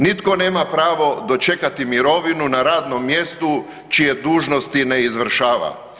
Nitko nema pravo dočekati mirovinu na radnom mjestu čije dužnosti ne izvršava.